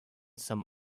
some